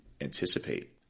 anticipate